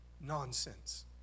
Nonsense